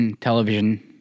television